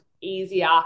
easier